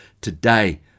today